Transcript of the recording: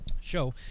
show